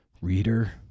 reader